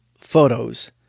photos